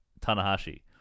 Tanahashi